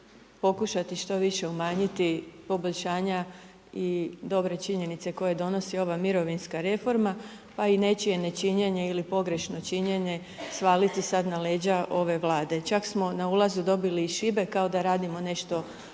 pokušati što više umanjiti poboljšanja i dobre činjenice koje donosi ova mirovinska reforma, pa i nečije nečinjenje ili pogrešno činjenje svaliti sada na leđa ove vlade. Čak smo na ulazu dobili i šibe kao da radimo nešto